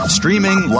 Streaming